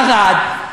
ערד,